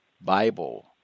Bible